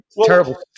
Terrible